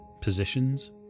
positions